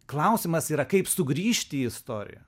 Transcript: klausimas yra kaip sugrįžti į istoriją